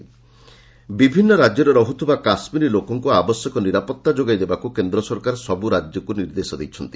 MHA Kashmir ବିଭିନ୍ନ ରାଜ୍ୟରେ ରହୁଥିବା କାଶ୍ମୀରୀ ଲୋକଙ୍କୁ ଆବଶ୍ୟକ ନିରାପତ୍ତା ଯୋଗାଇ ଦେବାକୁ କେନ୍ଦ୍ର ସରକାର ସବୁ ରାଜ୍ୟକୁ ନିର୍ଦ୍ଦେଶ ଦେଇଛନ୍ତି